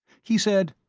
he said,